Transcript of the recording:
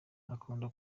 akunda